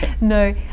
No